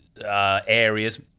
areas